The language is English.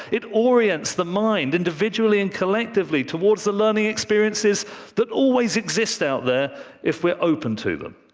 it orients the mind individually and collectively towards the learning experiences that always exist out there if we're open to them.